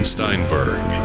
Steinberg